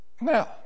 Now